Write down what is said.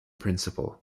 principle